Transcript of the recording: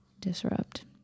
Disrupt